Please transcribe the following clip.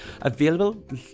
available